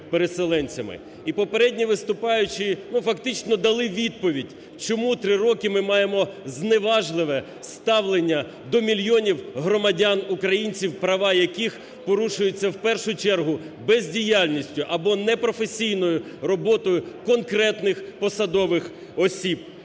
І попередні виступаючі, ну, фактично дали відповідь, чому 3 роки ми маємо зневажливе ставлення до мільйонів громадян українців, права яких порушуються в першу чергу бездіяльністю або непрофесійною роботою конкретних посадових осіб.